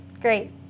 great